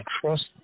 Trust